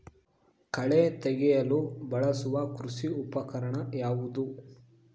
ಕಳೆ ತೆಗೆಯಲು ಬಳಸುವ ಕೃಷಿ ಉಪಕರಣ ಯಾವುದು?